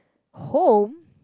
home